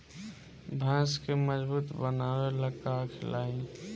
भैंस के मजबूत बनावे ला का खिलाई?